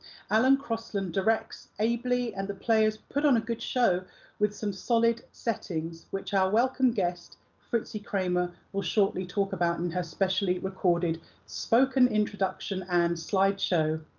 alan crosland directs abley and the players put on a good show with some solid settings, which our welcome guest, fritzi kramer, will shortly talk about in her specially recorded spoken introduction and slideshow.